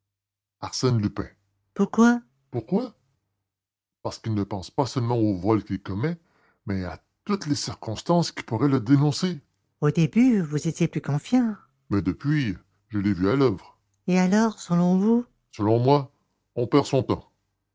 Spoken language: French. arsène lupin pourquoi pourquoi parce qu'il ne pense pas seulement au vol qu'il commet mais à toutes les circonstances qui pourraient le dénoncer au début vous étiez plus confiant mais depuis je l'ai vu à l'oeuvre et alors selon vous selon moi on perd son temps